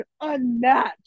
unmatched